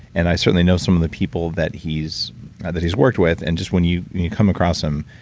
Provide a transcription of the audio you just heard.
and i certainly know some of the people that he's that he's worked with, and just when you come across him,